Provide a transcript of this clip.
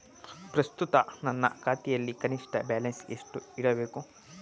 ಪ್ರಸ್ತುತ ನನ್ನ ಖಾತೆಯಲ್ಲಿ ಕನಿಷ್ಠ ಬ್ಯಾಲೆನ್ಸ್ ಎಷ್ಟು ಇಡಬೇಕು?